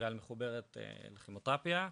גל מחוברת לכימותרפיה,